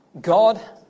God